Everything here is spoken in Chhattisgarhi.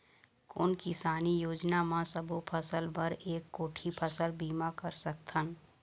कोन किसानी योजना म सबों फ़सल बर एक कोठी फ़सल बीमा कर सकथन?